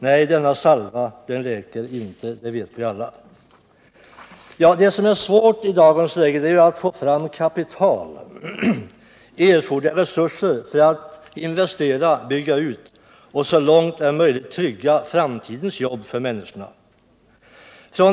Nej, denna salva läker inte, det vet vi alla. Det som är svårt i dagens läge är att få fram kapital, erforderliga resurser, för att investera, bygga ut och så långt det är möjligt trygga framtidens jobb för människorna.